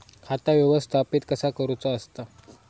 खाता व्यवस्थापित कसा करुचा असता?